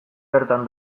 bertan